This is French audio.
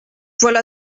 voilà